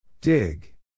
Dig